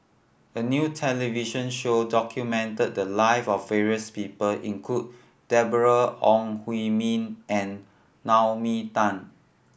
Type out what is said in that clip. a new television show documented the live of various people include Deborah Ong Hui Min and Naomi Tan